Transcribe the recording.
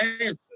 answer